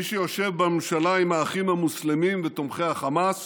מי שיושב בממשלה עם האחים המוסלמים ותומכי החמאס